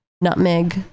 Nutmeg